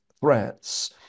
threats